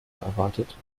erwartet